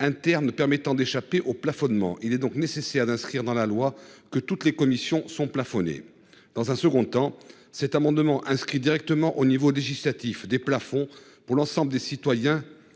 interne permettant d'échapper au plafonnement. Il est donc nécessaire d'inscrire dans la loi que toutes les commissions sont plafonnées. Dans un second temps, cet amendement directement au niveau législatif des plafonds pour l'ensemble des citoyens.